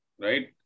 right